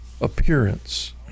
appearance